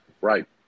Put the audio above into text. Right